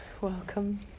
welcome